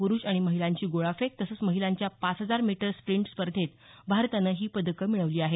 पुरूष आणि महिलांची गोळाफेक तसंच महिलांच्या पाच हजार मीटर स्प्रिंट स्पर्धेत भारतानं ही पदकं मिळवली आहेत